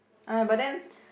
!aiya! but then